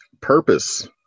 purpose